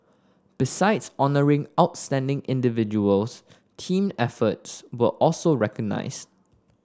besides honouring outstanding individuals team efforts were also recognised